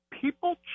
people